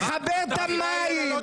תחבר את המים ------ את היללות